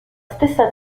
stessa